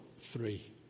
three